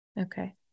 Okay